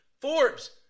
Forbes